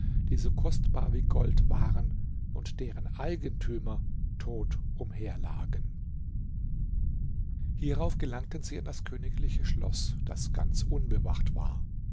so kostbar wie gold waren und deren eigentümer tot umherlagen hierauf gelangten sie an das königliche schloß das ganz unbewacht war